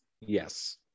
Yes